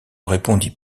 répondit